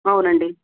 అవునుండి